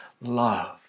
love